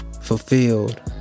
Fulfilled